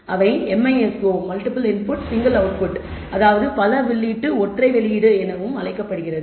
அவை MISO multiple input single output அதாவது பல உள்ளீட்டு ஒற்றை வெளியீடு எனவும் அழைக்கப்படுகிறது